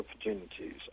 opportunities